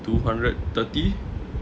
two hundred thirty